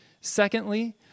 Secondly